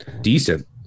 decent